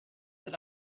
that